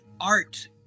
art